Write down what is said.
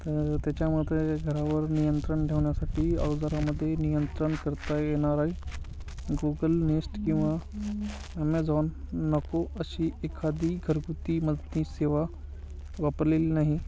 तर त्याच्यामुळे ते घरावर नियंत्रण ठेवण्यासाठी अवजारामध्ये नियंत्रण करता येणार आहे गुगल नेस्ट किंवा ॲमेझॉन नको अशी एखादी घरगुतीमधली सेवा वापरलेली नाही